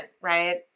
Right